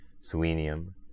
Selenium